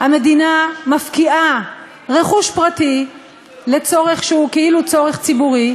המדינה מפקיעה רכוש פרטי לצורך שהוא כאילו צורך ציבורי,